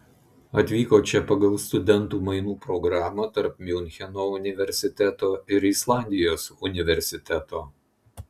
atvyko čia pagal studentų mainų programą tarp miuncheno universiteto ir islandijos universiteto